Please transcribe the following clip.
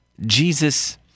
Jesus